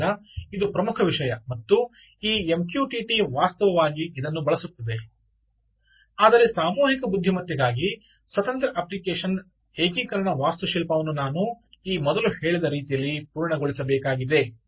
ಆದ್ದರಿಂದ ಇದು ಪ್ರಮುಖ ವಿಷಯ ಮತ್ತು ಈ MQTT ವಾಸ್ತವವಾಗಿ ಇದನ್ನು ಬಳಸುತ್ತದೆ ಆದರೆ ಸಾಮೂಹಿಕ ಬುದ್ಧಿಮತ್ತೆಗಾಗಿ ಸ್ವತಂತ್ರ ಅಪ್ಲಿಕೇಶನ್ ಏಕೀಕರಣ ವಾಸ್ತುಶಿಲ್ಪವನ್ನು ನಾನು ಈ ಮೊದಲು ಹೇಳಿದ ರೀತಿಯಲ್ಲಿ ಪೂರ್ಣಗೊಳಿಸಬೇಕಾಗಿದೆ